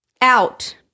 out